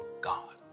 God